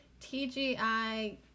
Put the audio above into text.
TGI